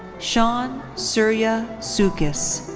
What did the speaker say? sean surya csukas.